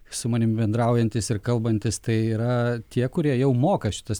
su manimi bendraujantys ir kalbantys tai yra tie kurie jau moka šitas